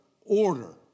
order